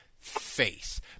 face